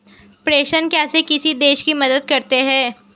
प्रेषण कैसे किसी देश की मदद करते हैं?